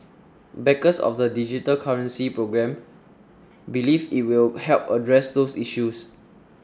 backers of the digital currency programme believe it will help address those issues